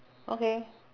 okay